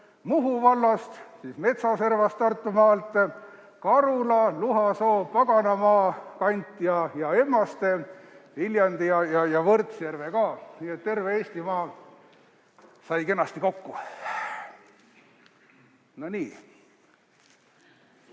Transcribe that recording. Muhu vallast, Metsaservast Tartumaalt, Karula, Luhasoo, Paganama kant ja Emmaste, Viljandi ja Võrtsjärve ka. Nii et terve Eestimaa sai kenasti kokku. No nii.